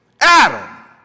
Adam